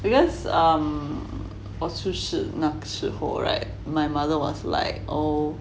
because um 我出世那时后 [right] my mother was like oh